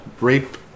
Rape